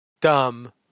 dumb